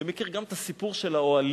ומכיר גם את הסיפור של האוהלים